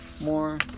more